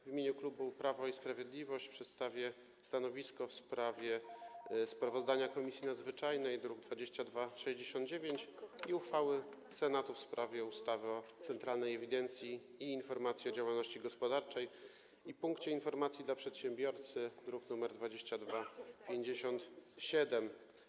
W imieniu klubu Prawo i Sprawiedliwość przedstawię stanowisko wobec sprawozdania Komisji Nadzwyczajnej z druku nr 2269 i uchwały Senatu w sprawie ustawy o Centralnej Ewidencji i Informacji o Działalności Gospodarczej i Punkcie Informacji dla Przedsiębiorcy, druk nr 2257.